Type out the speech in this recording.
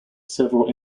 several